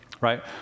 right